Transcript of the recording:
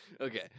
Okay